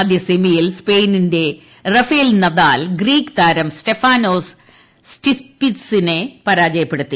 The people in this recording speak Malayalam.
ആദ്യ സെമിയിൽ സ്പെയിനിന്റെ റാഫേൽ നദാൽ ഗ്രീക്ക് താരം സ്റ്റെഫാനോസ് സ്റ്റിറ്റ്സിപസിനെ പരാജയപ്പെടുത്തി